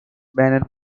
banned